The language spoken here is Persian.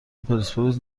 پرسپولیس